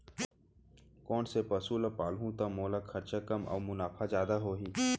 कोन से पसु ला पालहूँ त मोला खरचा कम अऊ मुनाफा जादा होही?